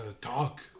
talk